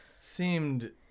seemed